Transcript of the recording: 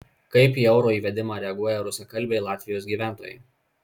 kaip į euro įvedimą reaguoja rusakalbiai latvijos gyventojai